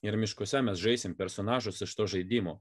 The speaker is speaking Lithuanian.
ir miškuose mes žaisim personažus iš to žaidimo